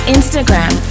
Instagram